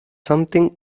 something